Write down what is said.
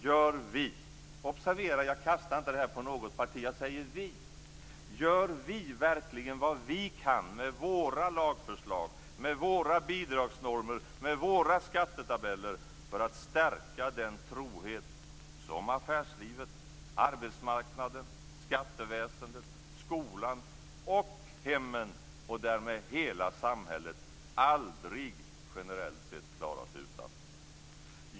Gör vi - observera att jag inte kastar detta på något parti, utan jag säger vi - verkligen vad vi kan med våra lagförslag, våra bidragsnormer och våra skattetabeller för att stärka den trohet som affärslivet, arbetsmarknaden, skatteväsendet, skolan och hemmen, och därmed hela samhället, generellt sett aldrig klarar sig utan?